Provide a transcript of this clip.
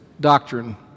doctrine